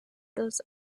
those